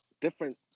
different